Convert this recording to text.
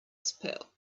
spill